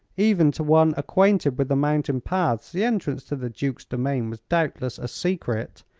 even to one acquainted with the mountain paths the entrance to the duke's domain was doubtless a secret,